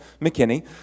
McKinney